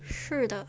是的